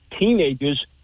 teenagers